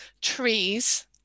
trees